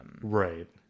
Right